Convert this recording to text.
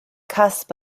cusp